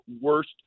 worst